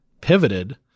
pivoted